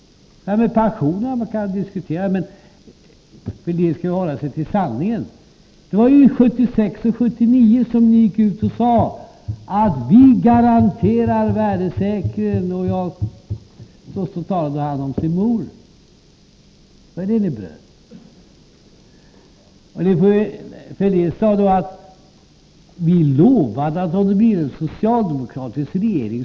Det med pensionerna kan man diskutera, men Fälldin bör ju hålla sig till sanningen. Det var 1976 och 1979 som ni gick ut och sade: Vi garanterar värdesäkringen. Och så talade Fälldin om sin mor. Det var detta löfte ni bröt. Thorbjörn Fälldin sade att vi lovade att arbetslösheten skall upphöra, om det blir en socialdemokratisk regering.